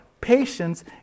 Patience